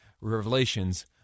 revelations